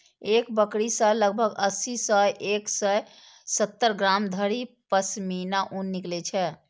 एक बकरी सं लगभग अस्सी सं एक सय सत्तर ग्राम धरि पश्मीना ऊन निकलै छै